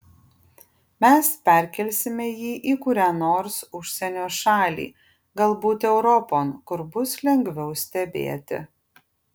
mes perkelsime jį į kurią nors užsienio šalį galbūt europon kur bus lengviau stebėti